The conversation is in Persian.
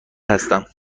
هستم